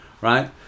right